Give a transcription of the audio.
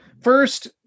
first